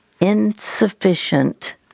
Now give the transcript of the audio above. insufficient